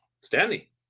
Stanley